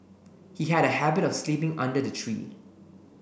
he had a habit of sleeping under the tree